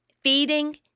feeding